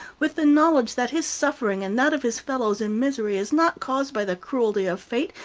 with the knowledge that his suffering and that of his fellows in misery is not caused by the cruelty of fate,